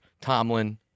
Tomlin